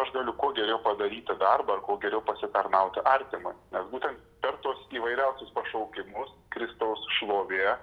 aš galiu kuo geriau padaryti darbą ar ko geriau pasitarnauti artimui nes būtent per tuos įvairiausius pašaukimus kristaus šlovė